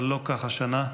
אבל לא כך השנה.